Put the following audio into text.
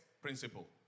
principle